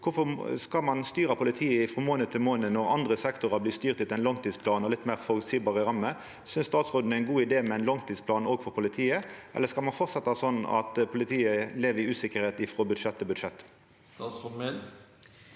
skal ein styra politiet frå månad til månad når andre sektorar blir styrte etter ein langtidsplan og litt meir føreseielege rammer? Synest statsråden det er ein god idé med ein langtidsplan òg for politiet, eller skal det framleis vera slik at politiet lever i usikkerheit frå budsjett til budsjett? Statsråd